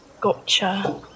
Gotcha